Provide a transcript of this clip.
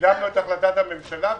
קיבלנו את החלטת הממשלה,